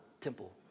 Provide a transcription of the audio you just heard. temple